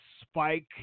spike